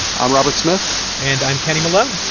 um robert smith and i'm kenny malone.